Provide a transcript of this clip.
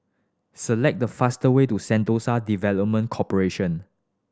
select the fastest way to Sentosa Development Corporation